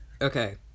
Okay